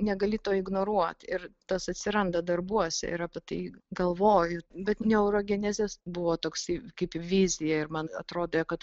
negali to ignoruot ir tas atsiranda darbuose ir apie tai galvoju bet neurogenezės buvo toksai kaip vizija ir man atrodė kad